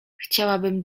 chciałbym